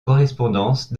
correspondance